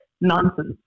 nonsense